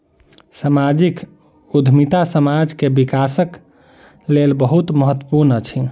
सामाजिक उद्यमिता समाज के विकासक लेल बहुत महत्वपूर्ण अछि